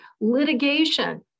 litigation